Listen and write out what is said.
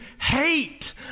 hate